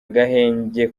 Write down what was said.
agahenge